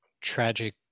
tragic